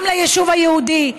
גם ליישוב היהודי,